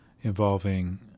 involving